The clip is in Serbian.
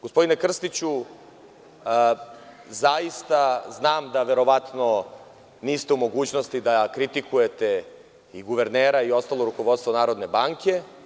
Gospodine Krstiću, zaista znam da verovatno niste u mogućnosti da kritikujete guvernera i ostalo rukovodstvo Narodne banke.